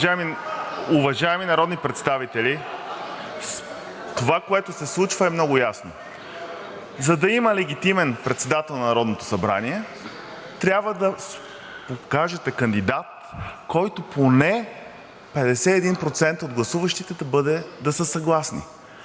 Уважаеми народни представители, това, което се случва, е много ясно. За да има легитимен председател на Народното събрание, трябва да покажете кандидат, с който поне 51% от гласуващите да са съгласни.